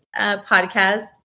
podcast